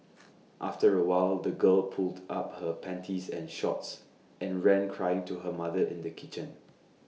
after A while the girl pulled up her panties and shorts and ran crying to her mother in the kitchen